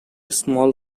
small